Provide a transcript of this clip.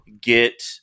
get